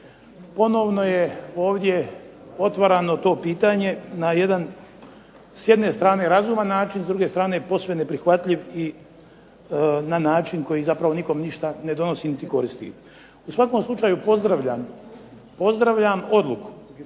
Ponovno je ovdje otvarano to pitanje s jedne strane na razuman način s druge strane posve neprihvatljiv i na način koji nikome ništa ne donosi i ne koristi. U svakom slučaju pozdravljam odluku